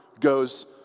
goes